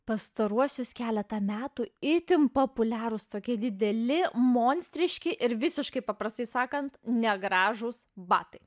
pastaruosius keletą metų itin populiarūs tokie dideli monstriški ir visiškai paprastai sakant negražūs batai